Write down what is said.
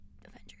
Avengers